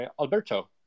Alberto